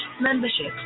Membership